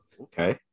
Okay